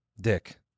Dick